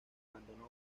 abandonó